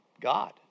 God